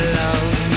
love